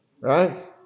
Right